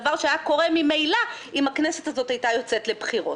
דבר שהיה קורה ממילא אם הכנסת הזו הייתה יוצאת לבחירות.